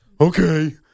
Okay